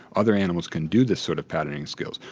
other animals can do this sort of patterning skills.